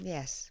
Yes